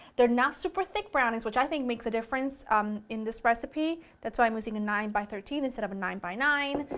they're not super thick brownies, which i think makes a difference um in this recipe that is why i'm using a nine by thirteen instead of a nine by nine.